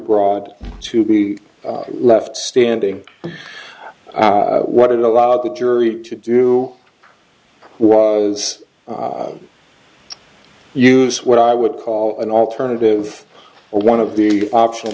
broad to be left standing what it allows the jury to do was use what i would call an alternative or one of the optional